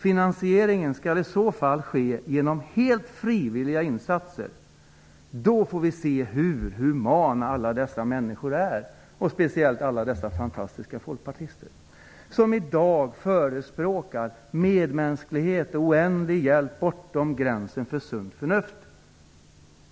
Finansieringen skall i så fall ske genom helt frivilliga insatser. Då får vi se hur humana alla dessa människor är, särskilt alla dessa fantastiska folkpartister som i dag förespråkar medmänsklighet och oändlig hjälp bortom gränsen för sunt förnuft.